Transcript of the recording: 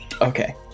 Okay